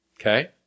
Okay